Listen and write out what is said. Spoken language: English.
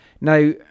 Now